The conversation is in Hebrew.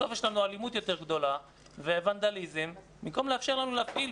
בסוף יש לנו אלימות יותר גדולה וונדליזם במקום לאפשר לנו להפעיל,